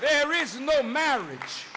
there is no marriage